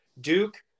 Duke